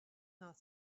not